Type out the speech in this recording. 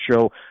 show